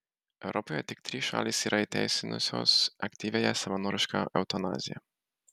europoje tik trys šalys yra įteisinusios aktyviąją savanorišką eutanaziją